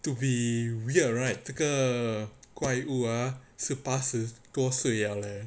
to be weird right 这个怪物 ah 是八十多岁了 leh